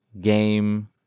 game